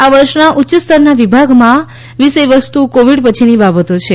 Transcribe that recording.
આ વર્ષના ઉચ્ય સ્તરના વિભાગમાં વિષયવસ્તુ કોવિડ પછીની બાબતો છે